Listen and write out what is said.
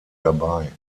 dabei